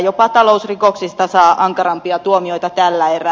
jopa talousrikoksista saa ankarampia tuomioita tällä erää